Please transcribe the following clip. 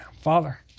Father